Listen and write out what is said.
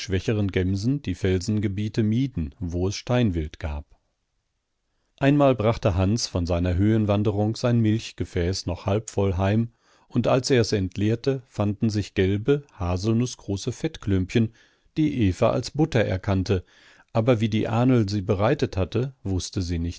gemsen die felsengebiete mieden wo es steinwild gab einmal brachte hans von seiner höhenwanderung sein milchgefäß noch halbvoll heim und als er es entleerte fanden sich gelbe haselnußgroße fettklümpchen die eva als butter erkannte aber wie die ahnl sie bereitet hatte wußte sie